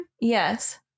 Yes